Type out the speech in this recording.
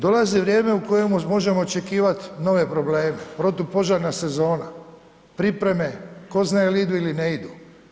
Dolazi vrijeme u kojemu možemo očekivat nove probleme, protupožarna sezona, pripreme tko zna jel idu ili ne idu.